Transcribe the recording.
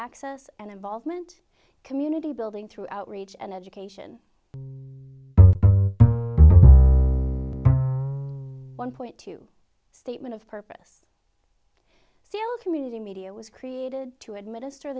access and involvement community building through outreach and education one point two statement of purpose sales community media was created to administer